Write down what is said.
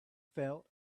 felt